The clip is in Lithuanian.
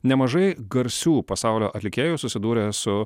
nemažai garsių pasaulio atlikėjų susidūrė su